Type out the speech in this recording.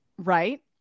right